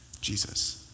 Jesus